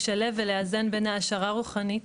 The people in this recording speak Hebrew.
לשלב ולאזן בין העשרה רוחנית,